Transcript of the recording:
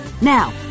Now